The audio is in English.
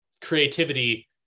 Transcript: creativity